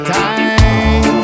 time